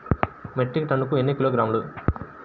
Metric టన్నుకు ఎన్ని కిలోగ్రాములు?